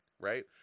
right